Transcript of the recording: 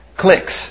clicks